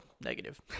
negative